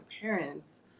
parents